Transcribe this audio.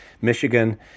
michigan